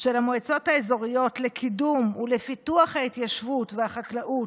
של המועצות האזוריות לקידום ולפיתוח ההתיישבות והחקלאות,